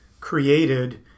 created